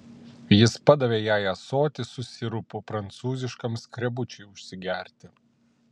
jis padavė jai ąsotį su sirupu prancūziškam skrebučiui užsigerti